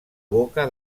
boca